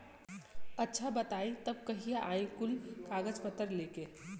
अच्छा बताई तब कहिया आई कुल कागज पतर लेके?